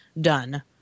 done